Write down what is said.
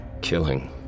Killing